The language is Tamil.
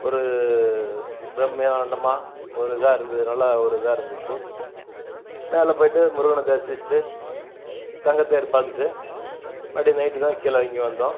ஒரு பிரமாண்டமாக ஒரு இதாக இருந்தது நல்ல ஒரு இதாக இருந்துச்சு மேலே போய்ட்டு முருகனை தரிசிச்சிட்டு தங்கத்தேர் பார்த்துட்டு மறுடியும் நைட்டு தான் கீழே இறங்கி வந்தோம்